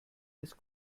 des